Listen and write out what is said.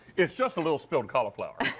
it's just a little spelled cauliflower.